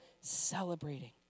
celebrating